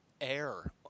air